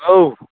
औ